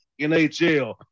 NHL